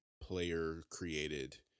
player-created